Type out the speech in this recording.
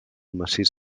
massís